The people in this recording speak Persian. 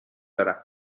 دارم